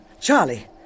Charlie